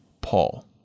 Paul